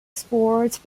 sports